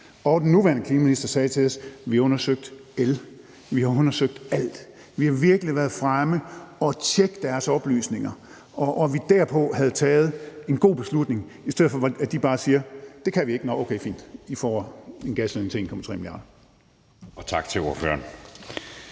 at den nuværende klimaminister havde sagt til os: Vi har undersøgt el, vi har undersøgt alt, vi har virkelig været inde at tjekke deres oplysninger. Så kunne vi derpå have taget en god beslutning, i stedet for at de bare siger: Det kan vi ikke. Nå, okay, fint, I får en gasledning til 1,3 mia. kr. Kl. 20:51 Anden